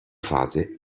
fase